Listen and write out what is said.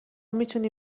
میتونی